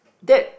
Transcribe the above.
that